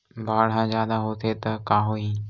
बाढ़ ह जादा होथे त का होही?